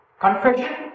confession